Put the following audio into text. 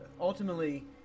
ultimately